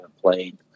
played